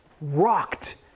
rocked